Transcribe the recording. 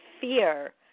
fear